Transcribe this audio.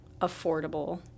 affordable